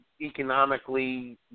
economically